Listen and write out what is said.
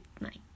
night